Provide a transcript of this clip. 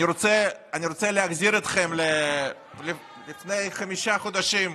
אני רוצה, ראשית, לתבוע את עלבונה של הממשלה שלנו.